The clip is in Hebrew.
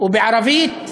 ובערבית "ח'ייפה",